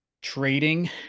trading